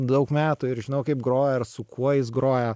daug metų ir žinau kaip groja su kuo jis groja